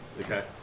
Okay